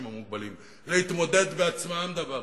המוגבלים: להתמודד בעצמם דבר ראשון,